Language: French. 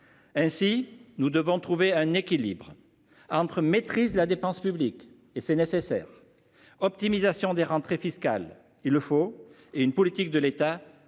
Ainsi, nous devons trouver un équilibre entre maîtrise de la dépense publique et c'est nécessaire. Optimisation des rentrées fiscales, il le faut et une politique de l'État